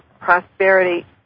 prosperity